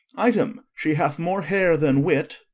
item she hath more hair than wit'